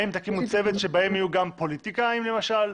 האם תקימו צוות שבהם יהיו גם פוליטיקאים למשל?